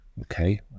Okay